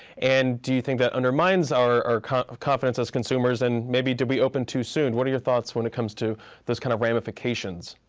and do you think that undermines our our kind of confidence as consumers and maybe did we open to soon? what are your thoughts when it comes to those kind of ramifications?